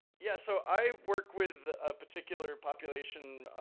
yeah so i work with a particular population,